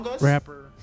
rapper